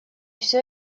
всё